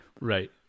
Right